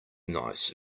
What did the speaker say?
nice